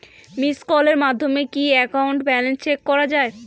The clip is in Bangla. মিসড্ কলের মাধ্যমে কি একাউন্ট ব্যালেন্স চেক করা যায়?